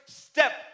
step